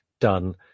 done